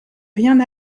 rien